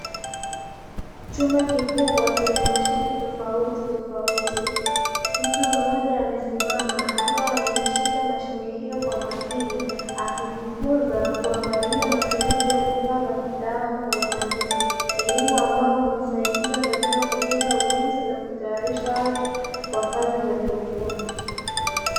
Chumba kikubwa chenye mashine tofautitofauti. Mtu mmoja amesimama akiwa ameishika mashine hiyo kwa umakini akijifunza na kuangalia matumizi ya vifaa vya kitaalamu kwa ufanisi. Elimu ambayo humsaidia katika kukuza ujuzi na kutayarisha watu kwa kazi za kiufundi.